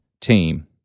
team